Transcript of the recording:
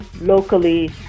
locally